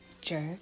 Jerk